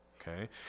okay